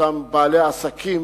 אותם בעלי עסקים,